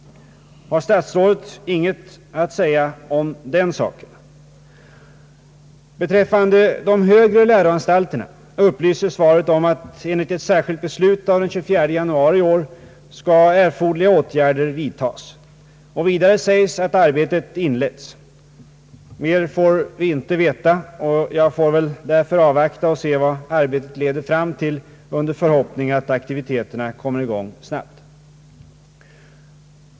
Har statsrådet inget att säga om den :saken? Beträffande de högre läroanstalterna upplyser svaret om att erforderliga åtgärder enligt ett särskilt beslut den 24 januari i år skall vidtas. Vidare sägs att arbetet inletts. Mer får vi inte veta, och jag får därför avvakta och se vad arbetet leder fram till under förhoppning att aktiviteterna kommer i gång snabbt.